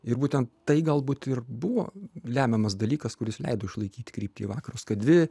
ir būtent tai galbūt ir buvo lemiamas dalykas kuris leido išlaikyti kryptį į vakarus kad dvi